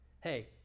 hey